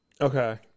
Okay